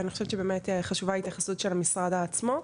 אני חושבת שחשובה ההתייחסות של המשרד עצמו.